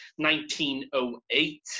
1908